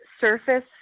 surface